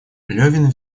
левин